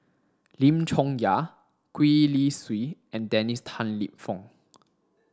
Lim Chong Yah Gwee Li Sui and Dennis Tan Lip Fong